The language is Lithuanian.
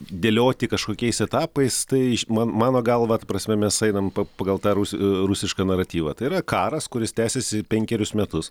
dėlioti kažkokiais etapais tai man mano galva ta prasme mes einam pagal tą rusišką naratyvą tai yra karas kuris tęsiasi penkerius metus